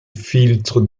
filtres